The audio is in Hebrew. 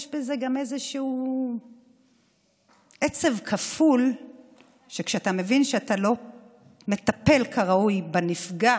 יש בזה גם איזשהו עצב כפול כשאתה מבין שאתה לא מטפל כראוי בנפגע